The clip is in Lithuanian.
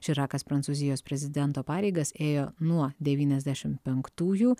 širakas prancūzijos prezidento pareigas ėjo nuo devyniasdešim penktųjų